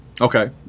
Okay